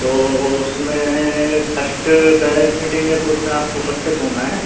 तो उसमें first parents meeting है तो उसमें आपको उपस्थित होना है